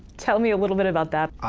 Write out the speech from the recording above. tell me a little bit about that,